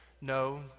No